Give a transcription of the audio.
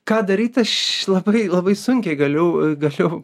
ką daryt aš labai labai sunkiai galiu galiu